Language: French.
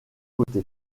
côté